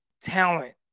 talent